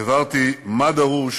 הבהרתי מה דרוש